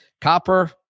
Copper